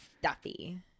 stuffy